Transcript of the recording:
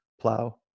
Plow